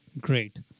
great